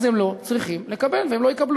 אז הם לא צריכים לקבל והם לא יקבלו.